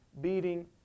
beating